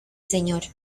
señor